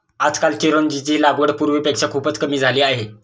आजकाल चिरोंजीची लागवड पूर्वीपेक्षा खूपच कमी झाली आहे